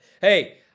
Hey